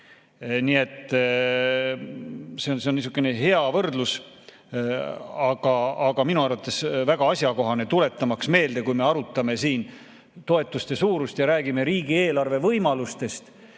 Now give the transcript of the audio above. Nii et see on niisugune hea võrdlus, aga minu arvates väga asjakohane, tuletamaks meelde, kui me arutame siin toetuste suurust ja räägime riigieelarve võimalustest